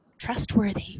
trustworthy